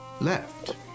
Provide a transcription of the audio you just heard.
left